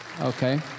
Okay